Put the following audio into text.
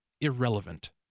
irrelevant